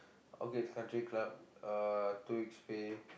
Orchid Country Club uh two weeks pay